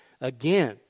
again